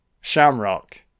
Shamrock